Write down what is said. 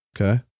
okay